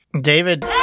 david